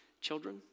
children